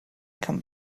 come